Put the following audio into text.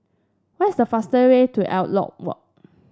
what is the fastest way to Elliot Walk